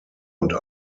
und